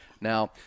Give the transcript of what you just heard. Now